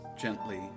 gently